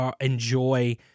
enjoy